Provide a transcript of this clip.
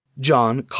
John